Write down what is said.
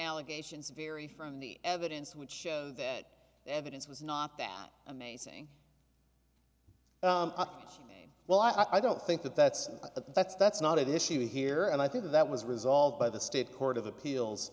allegations vary from the evidence which shows that evidence was not that amazing well i don't think that that's that's that's not at issue here and i think that was resolved by the state court of appeals